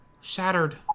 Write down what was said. shattered